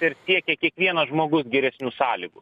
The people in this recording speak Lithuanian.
ir siekia kiekvienas žmogus geresnių sąlygų